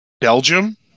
Belgium